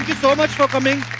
so much for coming.